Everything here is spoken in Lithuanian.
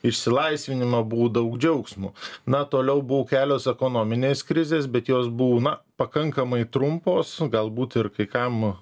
išsilaisvinimą buvo daug džiaugsmo na toliau buvo kelios ekonominės krizės bet jos buvo na pakankamai trumpos galbūt ir kai kam